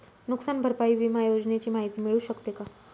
नुकसान भरपाई विमा योजनेची माहिती मिळू शकते का?